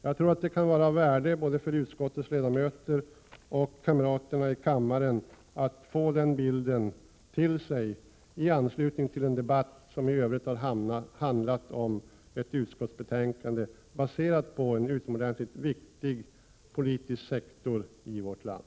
Jag tror att det kan vara av värde både för utskottets ledamöter och för kamraterna i kammaren att få den bilden till sig i anslutning till en debatt som i övrigt har handlat om ett utskottsbetänkande baserat på en utomordentligt viktig politisk sektor i vårt land.